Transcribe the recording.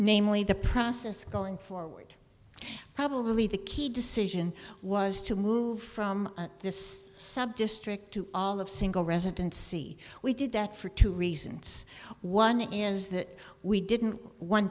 namely the process going forward probably the key decision was to move from this sub district to all of single residence see we did that for two reasons one is that we didn't one